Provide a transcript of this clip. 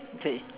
okay